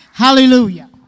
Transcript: Hallelujah